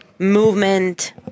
movement